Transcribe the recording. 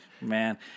Man